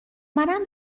منم